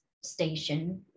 station